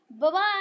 Bye-bye